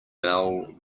bell